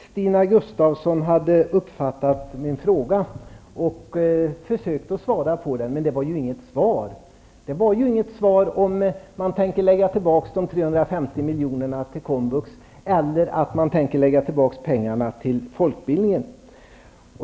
Herr talman! Det var bra att Stina Gustavsson hade uppfattat min fråga och också försökte svara på den, men det var ju inget svar. Jag fick inte svar på frågan om man tänker lägga tillbaka de 350 miljonerna till komvux eller om man tänker lägga tillbaka pengarna till folkbildningen.